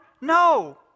No